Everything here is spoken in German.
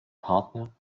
partner